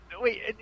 Wait